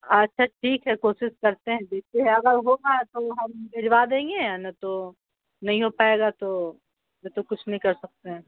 اچھا ٹھیک ہے کوشش کرتے ہیں دیکھتے ہیں اگر ہوگا تو ہم بھجوا دیں گے اور نہ تو نہیں ہو پائے گا تو نہیں تو کچھ نہیں کر سکتے ہیں